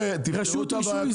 תפתרו את הבעיה,